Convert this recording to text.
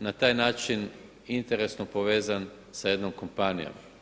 na taj način interesno povezan sa jednom kompanijom.